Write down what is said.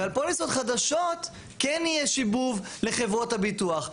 ועל פוליסות חדשות כן יהיה שיבוב לחברות הביטוח.